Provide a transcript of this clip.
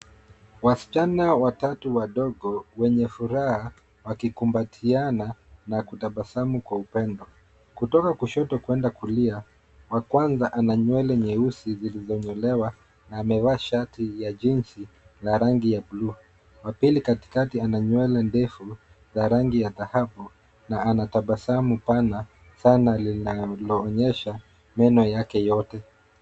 Wasichana watatu wadogo wenye furaha wakikumbatiana na kutabasamu kwa upendo. Kutoka kushoto kwenda kulia, wa kwanza ana nywele nyeusi zilizo nyolewa na amevaa shati ya jinsi la rangi ya buluu. Wa pili katikati ana nywele ndefu za rangi ya dhahabi, na anatabasamu pana sana linalo onyesha meno yake yote.